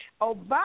Obama